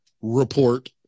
Report